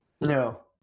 No